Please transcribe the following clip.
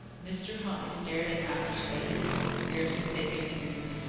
mr. huntley stared at hamish as if he could scarcely take in the news.